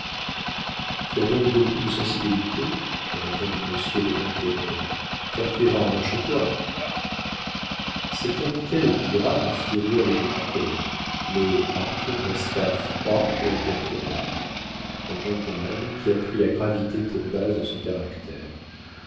tu as donc beaucoup de sensibilité répondit m de ronquerolles car tu es rarement chez toi cette amicale épigramme fit rire les auditeurs mais arthur resta froid et imperturbable en gentleman qui a pris la gravité pour base de son caractère